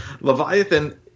Leviathan